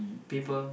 people